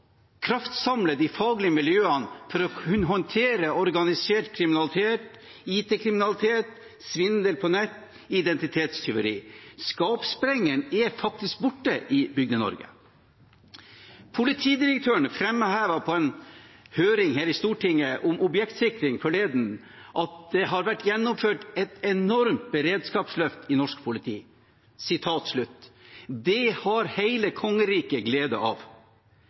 kraftsamle de faglige miljøene for å kunne håndtere organisert kriminalitet, it-kriminalitet, svindel på nett, identitetstyveri. Skapsprengeren er faktisk borte i Bygde-Norge. Politidirektøren framhevet på en høring om objektsikring her i Stortinget forleden at det har vært gjennomført «et enormt beredskapsløft» i norsk politi. Det har hele kongeriket glede av.